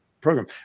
program